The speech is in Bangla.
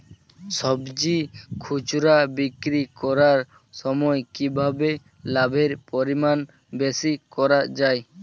সবজি খুচরা বিক্রি করার সময় কিভাবে লাভের পরিমাণ বেশি করা যায়?